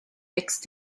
wächst